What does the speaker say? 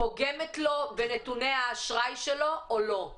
הדבר פוגע בנתוני האשראי שלו או לא?